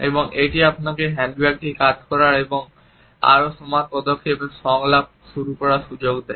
এবং এটি আপনাকে হ্যান্ডব্যাগটি কাত করার এবং আরও সমান পদক্ষেপে সংলাপ শুরু করার সুযোগ দেয়